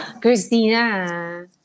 Christina